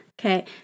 Okay